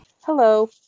Hello